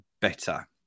better